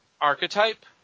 archetype